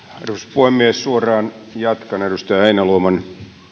puhemies suoraan jatkan edustaja heinäluoman